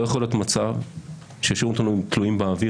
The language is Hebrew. לא יכול להיות מצב שישאירו אותנו תלויים באוויר,